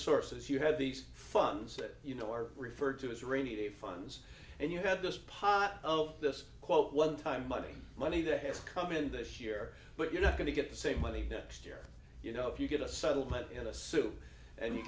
sources you have these funds that you know are referred to as rainy day funds and you have this pot of this quote one time money money that has come in this year but you're not going to get the same money next year you know if you get a settlement at a soup and you